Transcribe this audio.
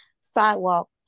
sidewalk